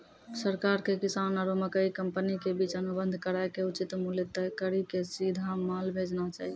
सरकार के किसान आरु मकई कंपनी के बीच अनुबंध कराय के उचित मूल्य तय कड़ी के सीधा माल भेजना चाहिए?